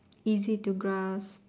easy to grasp